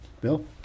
Bill